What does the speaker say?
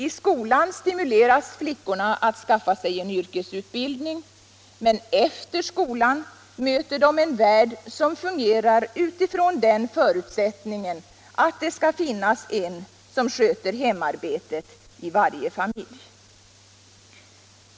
I skolan stimuleras flickorna att skaffa sig en yrkesutbildning, men efter skolan möter de en värld som fungerar utifrån den förutsättningen att det skall finnas en som sköter hemarbetet i varje familj.